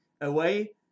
away